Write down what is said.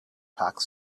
pack